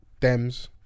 Dems